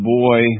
boy